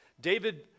David